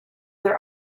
their